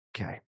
Okay